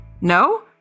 No